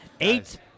Eight